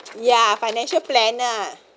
ya financial planner